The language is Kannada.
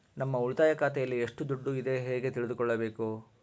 ನಮ್ಮ ಉಳಿತಾಯ ಖಾತೆಯಲ್ಲಿ ಎಷ್ಟು ದುಡ್ಡು ಇದೆ ಹೇಗೆ ತಿಳಿದುಕೊಳ್ಳಬೇಕು?